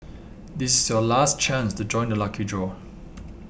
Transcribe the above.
this is your last chance to join the lucky draw